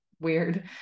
weird